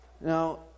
Now